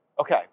Okay